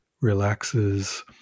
relaxes